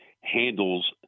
handles